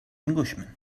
englishman